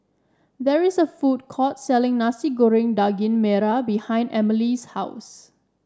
there is a food court selling Nasi Goreng Daging Merah behind Emilie's house